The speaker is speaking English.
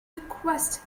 request